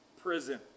prison